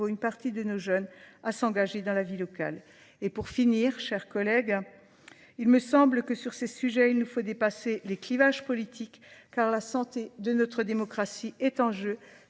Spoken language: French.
une partie de nos jeunes à s'engager dans la vie locale. Et pour finir, chers collègues, Il me semble que sur ces sujets il nous faut dépasser les clivages politiques car la santé de notre démocratie est en jeu.